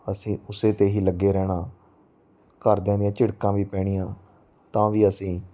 ਅਸੀਂ ਉਸ 'ਤੇ ਹੀ ਲੱਗੇ ਰਹਿਣਾ ਘਰਦਿਆਂ ਦੀਆਂ ਝਿੜਕਾਂ ਵੀ ਪੈਣੀਆਂ ਤਾਂ ਵੀ ਅਸੀਂ